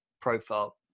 profile